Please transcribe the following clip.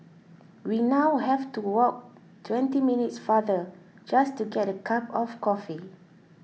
we now have to walk twenty minutes farther just to get a cup of coffee